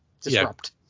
disrupt